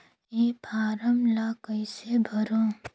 ये फारम ला कइसे भरो?